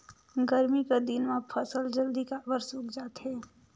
गरमी कर दिन म फसल जल्दी काबर सूख जाथे?